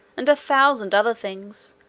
and a thousand other things,